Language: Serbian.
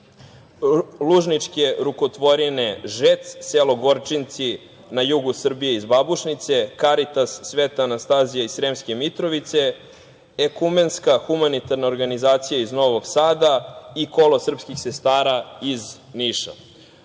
Lužničke rukotvorine Ž.E.C, selo Gorčinci na jugu Srbije iz Babušnice, Karitas „Sveta Anastazija“ iz Sremske Mitrovice, Ekumenska humanitarna organizacija iz Novog Sada i Kolo srpskih sestara iz